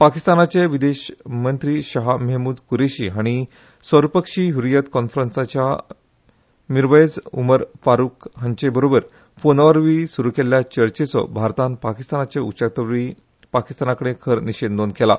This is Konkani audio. पाकिस्तानाचे विदेश मंत्री शहा मेहमूद कुरेशी हाणी सर्वपक्षीय हरियत कॉन्फरंसाच्या मिरवयज उमर फरूख हांचे बरोबर फोनावरवी सुरू केल्ल्या चर्चेचो भारतान पाकिस्तानाचे उच्चायुक्तावरवी पाकिस्तानाकडे खंर निषेध नोंद केला